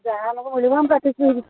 ଯାହା ଆମକୁ ମିଳିବ ଆମେ ପ୍ରାକ୍ଟିସ୍